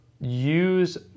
use